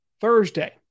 Thursday